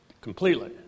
completely